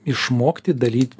išmokti daryt